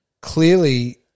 clearly